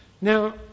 Now